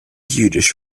jüdisch